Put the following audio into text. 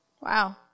Wow